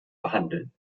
behandeln